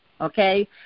okay